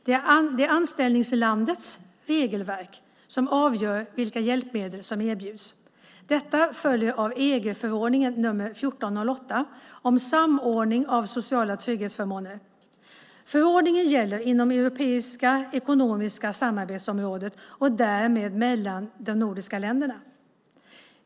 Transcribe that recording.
Det är anställningslandets regelverk som avgör vilka hjälpmedel som erbjuds. Detta följer av EG-förordning nr 1408/71 om samordning av sociala trygghetsförmåner. Förordningen gäller inom det europeiska ekonomiska samarbetsområdet och därmed mellan de nordiska länderna.